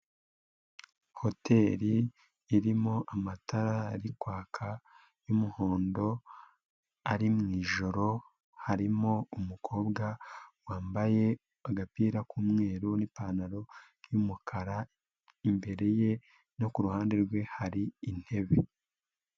Hoteli irimo amatara ari kwaka y'umuhondo, ari mu ijoro, harimo umukobwa wambaye agapira k'umweru, n'ipantaro y'umukara, imbere ye no ku ruhande rwe, hari intebe.